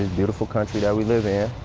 ah beautiful country yeah we live in,